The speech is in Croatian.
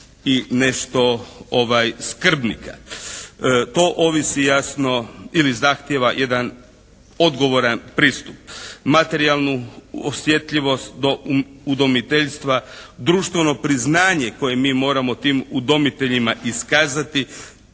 i nešto skrbnika. To ovisi jasno ili zahtijeva jedan odgovoran pristup. Materijalnu osjetljivost do udomiteljstva, društveno priznanje koje mi moramo tim udomiteljima iskazati.